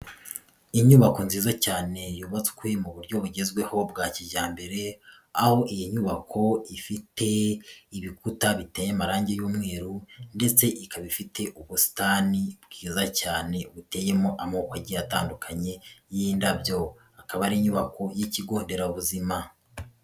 Inyubako nziza cyane yubatswe mu buryo bugezweho bwa kijyambere, aho iyi nyubako ifite ibikuta biteye amarange y'umweru ndetse ikaba ifite ubusitani bwiza cyane buteyemo amoko agiye atandukanye y'indabyo, akaba ari inyubako y'ikigo nderabuzima.